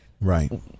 right